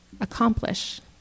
accomplish